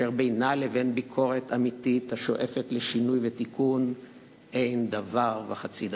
אשר בינה לבין ביקורת אמיתית השואפת לשינוי ותיקון אין דבר וחצי דבר.